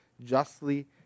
justly